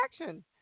action